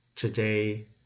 Today